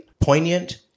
poignant